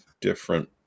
different